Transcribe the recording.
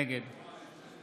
נגד